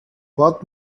what